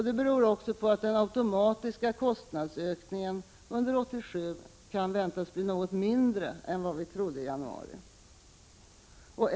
Det beror också på att den automatiska kostnadsökningen under 1987 kan väntas bli något mindre än vi trodde i januari.